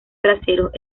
traseros